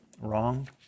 wrong